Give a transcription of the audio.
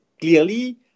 clearly